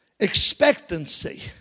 Expectancy